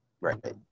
right